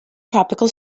tropical